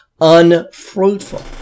unfruitful